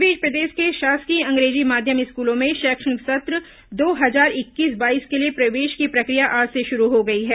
इस बीच प्रदेश के शासकीय अंग्रेजी माध्यम स्कूलों में शैक्षणिक सत्र दो हजार इक्कीस बाईस के लिए प्रवेश की प्रक्रिया आज से शुरू हो गई है